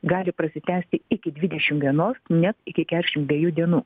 gali prasitęsti iki dvidešim vienos net iki kešim dviejų dienų